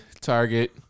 Target